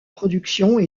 production